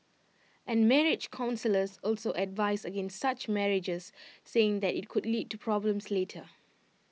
and marriage counsellors also advise against such marriages saying that IT could lead to problems later